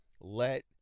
let